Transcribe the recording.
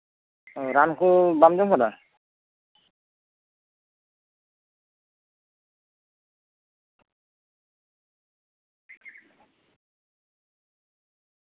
ᱚ ᱨᱟᱱ ᱠᱚ ᱵᱟᱢ ᱡᱚᱢ ᱟᱠᱟᱫᱟ